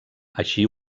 així